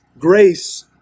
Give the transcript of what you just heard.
Grace